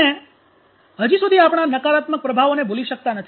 આપણે હજી સુધી આપણાં નકારાત્મક પ્રભાવોને ભૂલી શકતા નથી